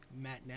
Matt